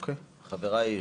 חבריי,